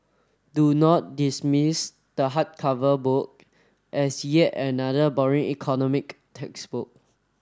do not dismiss the hardcover book as yet another boring economic textbook